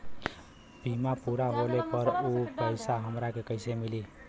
बीमा पूरा होले पर उ पैसा हमरा के कईसे मिली?